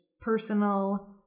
personal